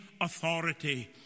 authority